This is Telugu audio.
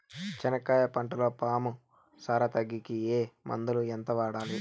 చెనక్కాయ పంటలో పాము సార తగ్గేకి ఏ మందులు? ఎంత వాడాలి?